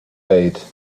date